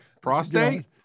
Prostate